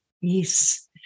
Yes